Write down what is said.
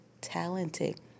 talented